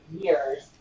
years